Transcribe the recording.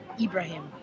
ibrahim